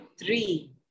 three